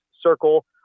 circle